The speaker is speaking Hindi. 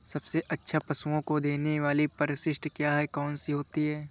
सबसे अच्छा पशुओं को देने वाली परिशिष्ट क्या है? कौन सी होती है?